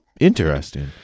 Interesting